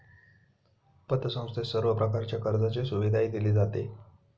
पतसंस्थेत सर्व प्रकारच्या कर्जाची सुविधाही दिली जाते